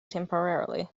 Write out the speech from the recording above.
temporarily